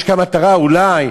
יש כאן מטרה, אולי,